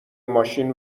ماشین